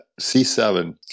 c7